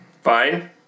fine